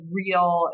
real